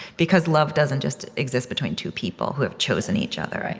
because love doesn't just exist between two people who have chosen each other.